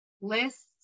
Lists